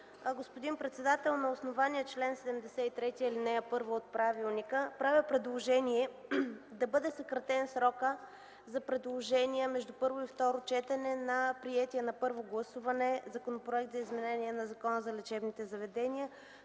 Господин председател, на основание чл. 73, ал. 1 от правилника правя предложение да бъде съкратен срокът за предложения между първо и второ четене на приетия на първо гласуване Законопроект за изменение на Закона за лечебните заведения,